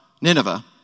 Nineveh